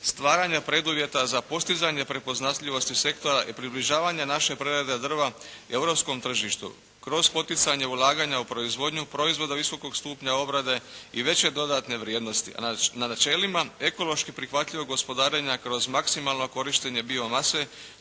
stvaranja preduvjeta za postizanje prepoznatljivosti sektora i približavanje naše prerade drva europskom tržištu kroz poticanje ulaganja u proizvodnju proizvoda visokog stupanja obrade i veće dodatne vrijednosti. A na načelima ekološki prihvatljivog gospodarenja kroz maksimalno korištenje bio mase